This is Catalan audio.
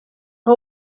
que